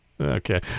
Okay